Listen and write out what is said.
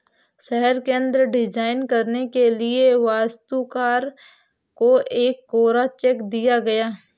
शहर केंद्र डिजाइन करने के लिए वास्तुकार को एक कोरा चेक दिया गया